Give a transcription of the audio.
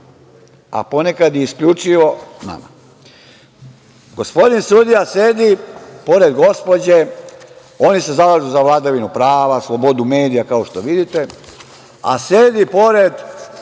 a ponekada isključivo nama. Gospodin sudija sedi pored gospođe, oni se zalažu za vladavinu prava, za slobodu medija, kao što vidite, a sedi pored